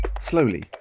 slowly